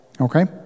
okay